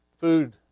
food